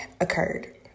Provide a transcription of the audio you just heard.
occurred